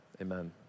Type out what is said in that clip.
amen